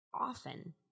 often